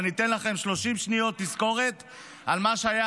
ואני אתן לכם 30 שניות תזכורת על מה שהיה